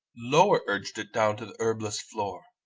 lower, urged it down to the herbless floor.